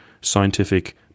scientific